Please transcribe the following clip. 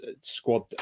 squad